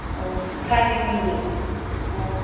ꯑꯣ ꯁꯥꯔꯒꯤ ꯃꯤꯡꯗꯤ ꯎꯝ